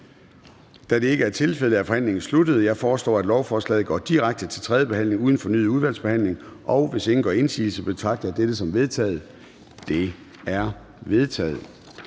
Da det ikke er tilfældet, er forhandlingen sluttet. Jeg foreslår, at lovforslaget går direkte til tredje behandling uden fornyet udvalgsbehandling. Hvis ingen gør indsigelse, betragter jeg dette som vedtaget. Det er vedtaget.